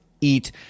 eat